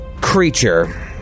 creature